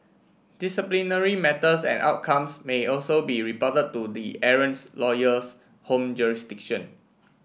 disciplinary matters and outcomes may also be reported to the errants lawyer's home jurisdiction